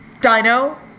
dino